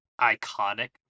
iconic